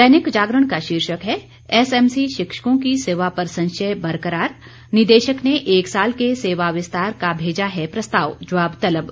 दैनिक जागरण का शीर्षक है एसएमसी शिक्षकों की सेवा पर संशय बरकरार निदेशक ने एक साल के सेवाविस्तार का भेजा है प्रस्ताव जवाब तलब